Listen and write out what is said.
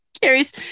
carrie's